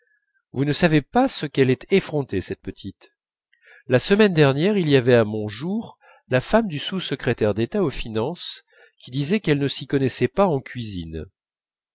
vous ne savez pas ce qu'elle est effrontée cette petite la semaine dernière il y avait à mon jour la femme du sous-secrétaire d'état aux finances qui disait qu'elle ne s'y connaissait pas en cuisine